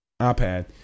iPad